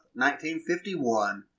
1951